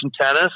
tennis